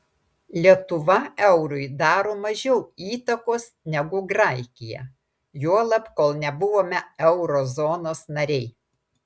lietuva eurui daro mažiau įtakos negu graikija juolab kol nebuvome euro zonos nariai